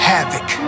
Havoc